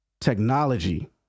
technology